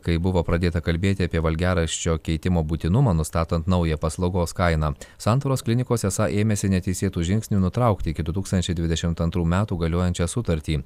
kai buvo pradėta kalbėti apie valgiaraščio keitimo būtinumą nustatant naują paslaugos kainą santaros klinikos esą ėmėsi neteisėtų žingsnių nutraukti iki du tūkstančiai dvidešim antrų metų galiojančią sutartį